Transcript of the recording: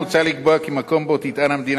מוצע לקבוע כי מקום שבו תטען המדינה,